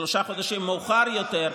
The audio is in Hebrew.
שלושה חודשים מאוחר יותר,